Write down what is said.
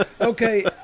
okay